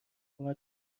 کمک